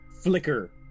flicker